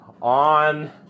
on